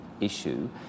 issue